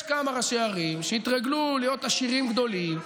יש כמה ראשי ערים שהתרגלו להיות עשירים גדולים,